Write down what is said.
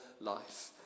life